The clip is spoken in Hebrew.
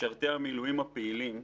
משרתי המילואים הפעילים,